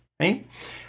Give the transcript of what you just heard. Right